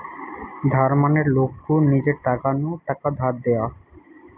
ধার মানে লোক কু নিজের টাকা নু টাকা ধার দেওয়া